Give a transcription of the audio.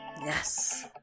yes